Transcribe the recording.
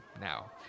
Now